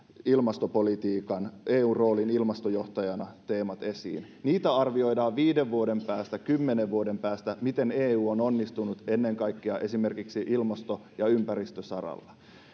ilmastopolitiikan eun roolin ilmastojohtajana niitä arvioidaan viiden vuoden päästä kymmenen vuoden päästä miten eu on onnistunut ennen kaikkea esimerkiksi ilmasto ja ympäristösaralla